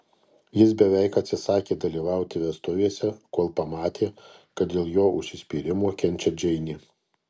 jis beveik atsisakė dalyvauti vestuvėse kol pamatė kad dėl jo užsispyrimo kenčia džeinė